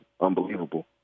unbelievable